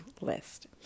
list